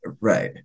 Right